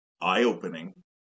eye-opening